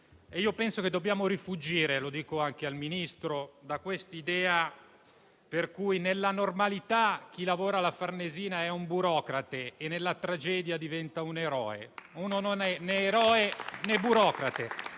Penso che dobbiamo rifuggire - lo dico anche al Ministro - dall'idea per cui nella normalità chi lavora alla Farnesina è un burocrate e nella tragedia diventa un eroe. Uno non è né eroe, né burocrate,